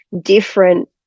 different